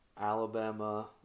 Alabama